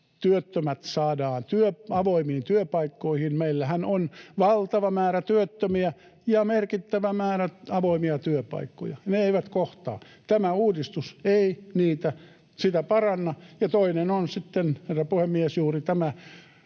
työttömät saadaan avoimiin työpaikkoihin. Meillähän on valtava määrä työttömiä ja merkittävä määrä avoimia työpaikkoja — ne eivät kohtaa. Tämä uudistus ei sitä paranna. Ja toinen on sitten, herra puhemies, juuri tämä